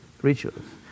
Rituals